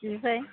बेनिफ्राय